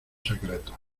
secretos